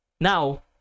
Now